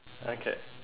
okay